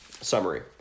summary